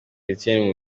etienne